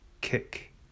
kick